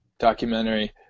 Documentary